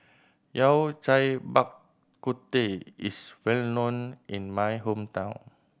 Yao Cai Bak Kut Teh is well known in my hometown